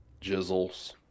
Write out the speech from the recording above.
Jizzles